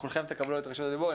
כולכם תקבלו את רשות הדיבור.